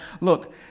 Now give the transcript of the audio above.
look